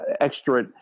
extra